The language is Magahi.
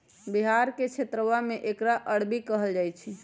बिहार के क्षेत्रवा में एकरा अरबी कहल जाहई